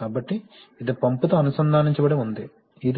కాబట్టి ఇది పంపుతో అనుసంధానించబడి ఉంది ఇది పంప్